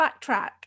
backtrack